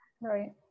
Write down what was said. Right